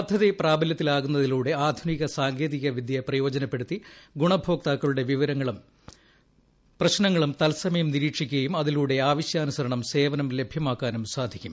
പദ്ധതി പ്രാബലൃത്തിലാകുന്നതിലൂടെആധുനികസാങ്കേതികവിദ്യ പ്രയോജനപ്പെടുത്തിഗുണഭോക്താക്കളുടെവിവരങ്ങളും പ്രശ്നങ്ങളുംതത്സമയം നിരീക്ഷിക്കുകയും അതിലൂടെ ആവശ്യാനുസരണം സേവനം ലഭ്യമാക്കാനും സാധിക്കും